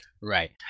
Right